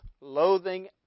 loathing